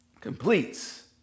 completes